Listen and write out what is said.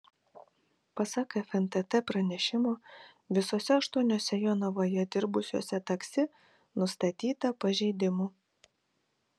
pasak fntt pranešimo visuose aštuoniuose jonavoje dirbusiuose taksi nustatyta pažeidimų